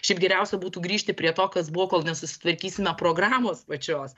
šiaip geriausia būtų grįžti prie to kas buvo kol nesusitvarkysime programos pačios